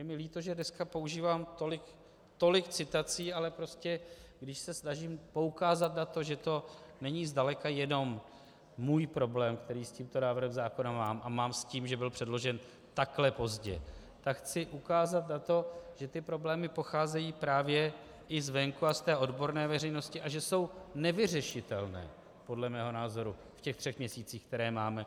Je mi líto, že dneska používám tolik citací, ale když se snažím poukázat na to, že to není zdaleka jenom můj problém, který s tímto návrhem zákona mám, a s tím, že byl předložen takhle pozdě, tak chci ukázat na to, že ty problémy pocházejí právě i zvenku a z odborné veřejnosti a že jsou nevyřešitelné podle mého názoru v těch třech měsících, které máme.